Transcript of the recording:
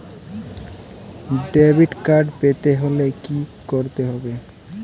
Debit card পেতে হলে কি করতে হবে?